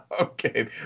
Okay